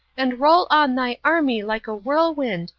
and roll on thy army like a whirlwind,